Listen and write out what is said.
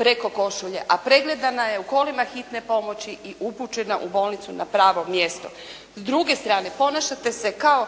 preko košulje, a pregledana je u kolima hitne pomoći i upućena u bolnicu na pravo mjesto. S druge strane, ponašate se kao